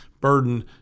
burden